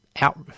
out